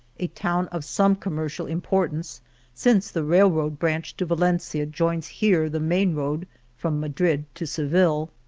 a town of some commercial im portance since the railroad branch to valen cia joins here the main road from madrid to seville.